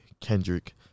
Kendrick